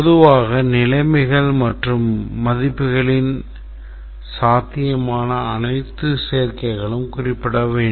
பொதுவாக நிலைமைகள் மற்றும் மதிப்புகளின் சாத்தியமான அனைத்து சேர்க்கைகளும் குறிப்பிடப்பட வேண்டும்